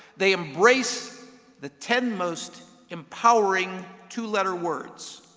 they embrace the ten most empowering two-letter words,